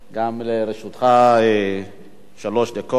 גם לרשותך שלוש דקות.